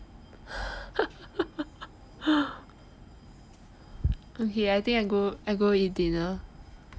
okay I think I go I go eat dinner